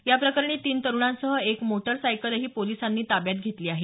याप्रकरणी तीन तरूणांसह एक मोटर सायकलही पोलिसांनी ताब्यात घेतली आहे